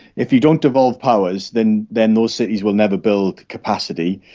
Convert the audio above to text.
if you don't devolve powers then then most cities will never build capacity,